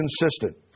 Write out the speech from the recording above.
consistent